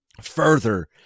further